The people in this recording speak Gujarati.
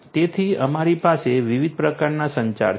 તેથી અમારી પાસે વિવિધ પ્રકારના સંચાર છે